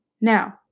Now